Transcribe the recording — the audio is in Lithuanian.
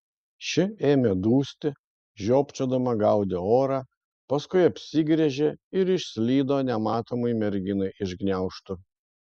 ši ėmė dusti žiopčiodama gaudė orą paskui apsigręžė ir išslydo nematomai merginai iš gniaužtų